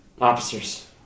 Officers